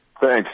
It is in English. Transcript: Thanks